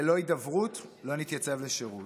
ללא הידברות לא נתייצב לשירות,